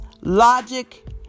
logic